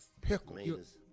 pickles